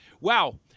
wow